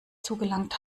zugelangt